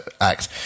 act